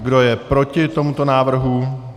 Kdo je proti tomuto návrhu?